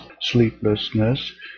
sleeplessness